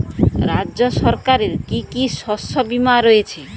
রাজ্য সরকারের কি কি শস্য বিমা রয়েছে?